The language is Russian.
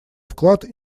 вклад